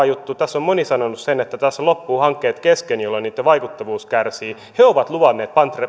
juttu tässä on moni sanonut että tässä loppuvat hankkeet kesken jolloin niitten vaikuttavuus kärsii he ovat luvanneet